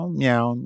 meow